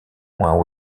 moins